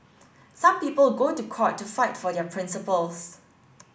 some people go to court to fight for their principles